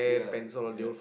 yeah yeah